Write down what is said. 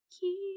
Keep